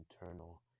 internal